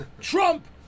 Trump